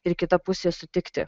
ir kita pusė sutikti